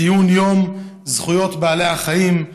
ציון יום זכויות בעלי החיים.